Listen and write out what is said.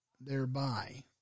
Thereby